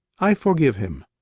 i forgive him.